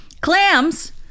Clams